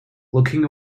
looking